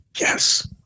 Yes